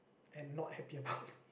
and not happy about